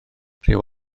rhyw